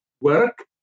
work